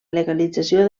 legalització